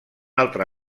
altre